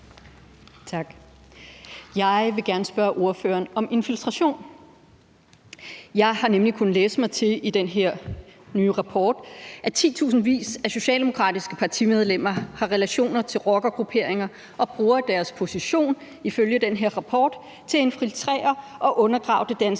fremviser et Anders And-blad). Jeg har nemlig kunnet læse mig til i den her nye rapport, at titusindvis af socialdemokratiske partimedlemmer har relationer til rockergrupperinger og bruger deres position, ifølge den her rapport, til at infiltrere og undergrave det danske